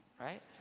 right